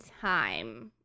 time